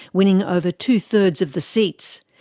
winning over two-thirds of the seats.